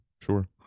sure